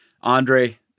Andre